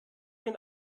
den